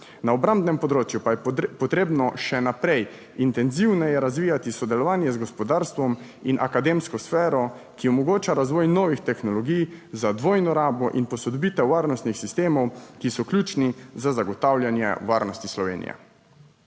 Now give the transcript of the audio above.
Na obrambnem področju pa je potrebno še naprej intenzivneje razvijati sodelovanje z gospodarstvom in akademsko sfero, ki omogoča razvoj novih tehnologij za dvojno rabo in posodobitev varnostnih sistemov, ki so ključni za zagotavljanje varnosti Slovenije.